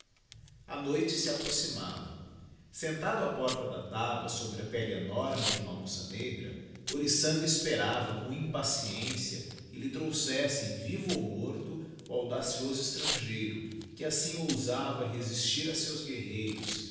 a noite se approximava sentado à porta da taba sobre a pelle enorme de uma onça negra orianga esperava com impaciência que lhe trouxessem vivo ou morto o audacioso estrangeiro que assim ousava resistir a seus guerreiros